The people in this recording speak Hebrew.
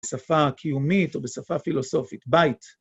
בשפה הקיומית או בשפה פילוסופית, בית.